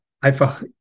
einfach